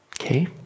okay